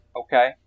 Okay